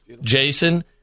Jason